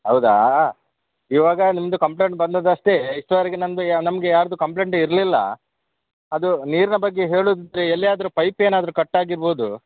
ಹೌದಾ ಇವಾಗ ನಿಮ್ಮದು ಕಂಪ್ಲೇಂಟ್ ಬಂದದ್ದು ಅಷ್ಟೇ ಇಷ್ಟರವರೆಗೆ ನನ್ನದು ಯಾ ನಮಗೆ ಯಾರದ್ದೂ ಕಂಪ್ಲೇಂಟೆ ಇರಲಿಲ್ಲ ಅದು ನೀರಿನ ಬಗ್ಗೆ ಹೇಳುದಿದ್ದರೆ ಎಲ್ಲಿಯಾದರೂ ಪೈಪ್ ಏನಾದರೂ ಕಟ್ಟಾಗಿರ್ಬೋದು